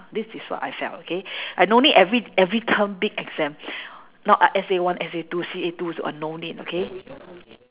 this is what I felt okay I no need every every term big exam not S_A one S_A two C_A two uh no need okay